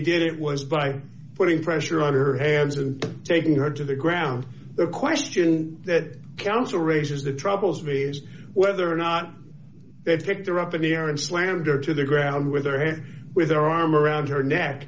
did it was by putting pressure on their heads of taking her to the ground the question that counsel raises the troubles raised whether or not they picked her up in the air and slammed her to the ground with her head with her arm around her neck